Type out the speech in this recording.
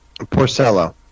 Porcello